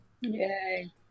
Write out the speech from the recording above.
Yay